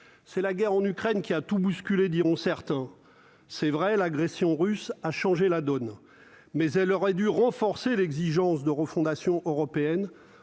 c'est la guerre, en Ukraine, qui a tout bousculé, diront certains, c'est vrai, l'agression russe a changé la donne, mais elle aurait dû renforcer l'exigence de refondation européenne